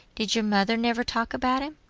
did your mother never talk about him?